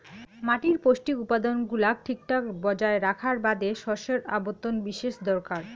মাটির পৌষ্টিক উপাদান গুলাক ঠিকঠাক বজায় রাখার বাদে শস্যর আবর্তন বিশেষ দরকার